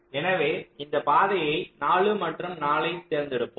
எனவே இந்த பாதையை 4 மற்றும் 4 ஐத் தேர்ந்தெடுப்போம்